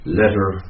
letter